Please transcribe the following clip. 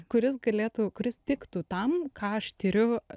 kuris galėtų kuris tiktų tam ką aš tiriu